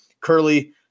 Curly